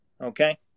Okay